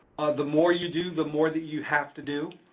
the more you do, the more that you have to do.